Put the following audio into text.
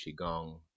Qigong